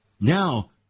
Now